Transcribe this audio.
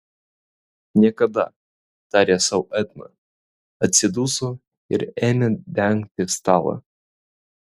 niekada tarė sau edna atsiduso ir ėmė dengti stalą